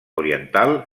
oriental